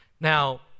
Now